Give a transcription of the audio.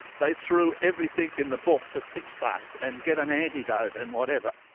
they threw everything in the book to fix that and get an antidote and whatever.